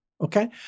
Okay